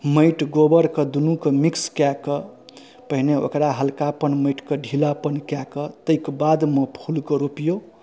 माटि गोबरके दुनूकेँ मिक्स कए कऽ पहिने ओकरा हल्कापन माटिकेँ ढीलापन कए कऽ ताहिके बादमे फूलके रोपियौ